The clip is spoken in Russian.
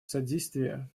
содействие